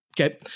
okay